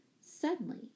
Suddenly